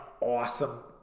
awesome